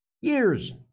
years